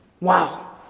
Wow